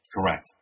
correct